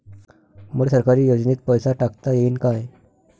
मले सरकारी योजतेन पैसा टाकता येईन काय?